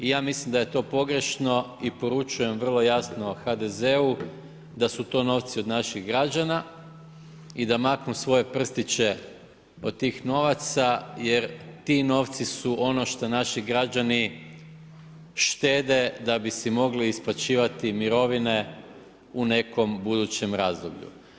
I ja mislim da je to pogrešno i poručujem vrlo jasno HDZ-u da su to novci od naših građana i da maknu svoje prstiće od tih novaca jer ti novci su ono što naši građani štede da bi si mogli isplaćivati mirovine u nekom budućem razdoblju.